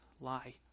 lie